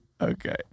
Okay